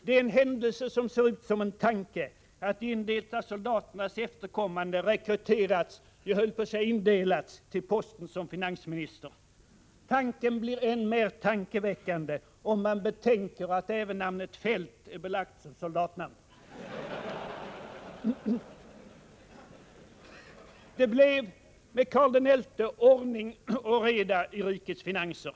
Det är en händelse som ser ut som en tanke att de indelta soldaternas efterkommande rekryterats — jag höll på att säga indelats — till posten som finansminister. Tanken blir än mer tankeväckande, om man betänker att även namnet Feldt är belagt som soldatnamn. Det blev med Carl XI ordning och reda i rikets finanser.